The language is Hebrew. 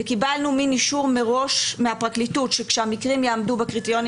וקיבלנו מין אישור מראש מהפרקליטות שכשהמקרים יעמדו בקריטריונים